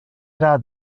era